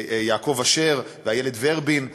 ויעקב אשר ואיילת ורבין.